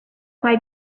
why